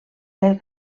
del